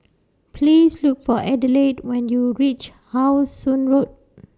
Please Look For Adelaide when YOU REACH How Sun Road